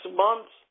months